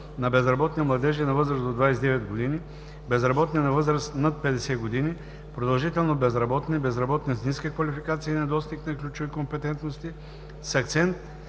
на безработни младежи на възраст до 29 години, безработни на възраст над 50 години, продължително безработни, безработни с ниска квалификация и недостиг на ключови компетентности, с акцент